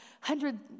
hundred